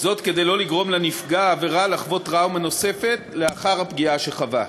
וזאת כדי לא לגרום לנפגע העבירה לחוות טראומה נוספת לאחר הפגיעה שחווה.